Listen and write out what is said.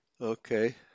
Okay